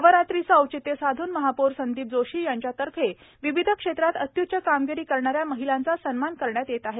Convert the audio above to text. नवरात्रीचे औचित्य साधून महापौर संदीप जोशी यांच्यातर्फे विविध क्षेत्रात अत्यूच्च कामगिरी करणाऱ्या महिलेचा सन्मान करण्यात येत आहे